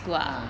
ah